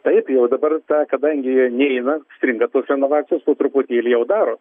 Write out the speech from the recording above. taip jau dabar ta kadangi neina stringa tos renovacijos po truputėlį jau daro